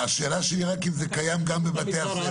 השאלה שלי היא רק אם זה קיים גם בבתי הספר.